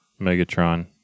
Megatron